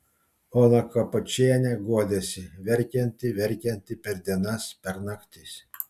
ona kapočienė guodėsi verkianti verkianti per dienas per naktis